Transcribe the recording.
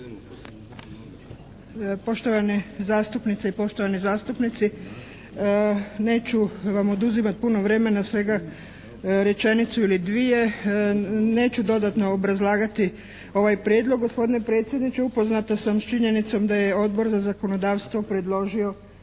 Poštovane zastupnice i poštovani zastupnici. Neću vam oduzimati puno vremena, svega rečenicu ili dvije. Neću dodatno obrazlagati ovaj Prijedlog gospodine predsjedniče, upoznata sam s činjenicom da je Odbor za zakonodavstvo predložio